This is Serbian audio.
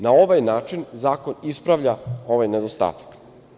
Na ovaj način zakon ispravlja ovaj nedostatak.